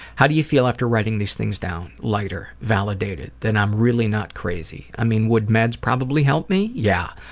how do you feel after writing these things down? lighter. validated. that i'm really not crazy. i mean, would meds probably help me? yeah,